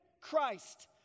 Christ